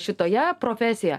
šitoje profesijoje